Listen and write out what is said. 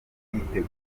bwiteguye